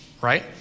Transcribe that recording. right